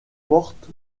porte